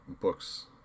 books